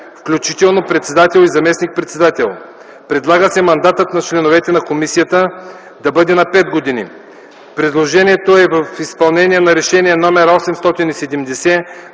включително председател и заместник-председател. Предлага се мандатът на членовете на комисията да бъде пет години. Предложението е в изпълнение на Решение № 870